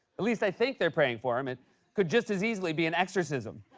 at least i think they're praying for him. it could just as easily be an exorcism.